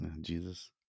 Jesus